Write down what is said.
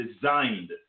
designed